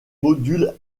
modules